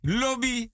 lobby